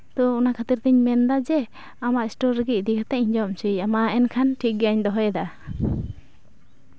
ᱛᱚ ᱚᱱᱟ ᱠᱷᱟᱹᱛᱤᱨ ᱛᱤᱧ ᱢᱮᱱᱫᱟ ᱡᱮ ᱟᱢᱟᱜ ᱮᱥᱴᱳᱨ ᱨᱮᱜᱮ ᱤᱫᱤ ᱠᱟᱛᱮᱫ ᱤᱧ ᱡᱚᱢ ᱚᱪᱚᱭᱮᱭᱟ ᱢᱟ ᱮᱱᱠᱷᱟᱱ ᱴᱷᱤᱠ ᱜᱮᱭᱟᱧ ᱫᱚᱦᱚᱭᱮᱫᱟ